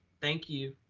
thank you.